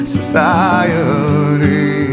Society